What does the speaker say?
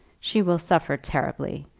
she will suffer terribly.